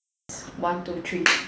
test one two three